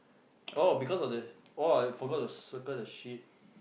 oh because of the oh I forgot to circle the sheep